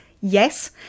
yes